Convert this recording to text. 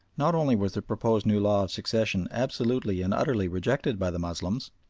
not only was the proposed new law of succession absolutely and utterly rejected by the moslems,